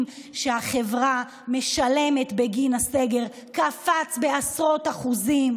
שהחברה משלמת בגין הסגר קפץ בעשרות אחוזים,